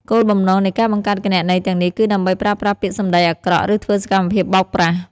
គោលបំណងនៃការបង្កើតគណនីទាំងនេះគឺដើម្បីប្រើប្រាស់ពាក្យសំដីអាក្រក់ ឬធ្វើសកម្មភាពបោកប្រាស់។